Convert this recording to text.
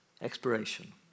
exploration